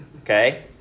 okay